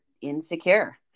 insecure